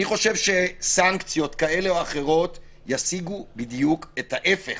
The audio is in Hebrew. אני חושב שסנקציות ישיגו בדיוק את ההפך.